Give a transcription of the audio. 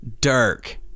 Dirk